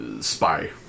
spy